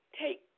take